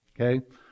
Okay